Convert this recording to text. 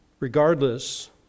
Regardless